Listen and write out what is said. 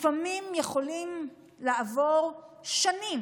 לפעמים יכולות לעבור שנים,